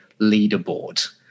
leaderboard